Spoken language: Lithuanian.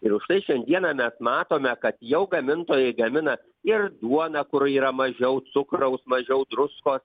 ir užtai šiandieną mes matome kad jau gamintojai gamina ir duoną kur yra mažiau cukraus mažiau druskos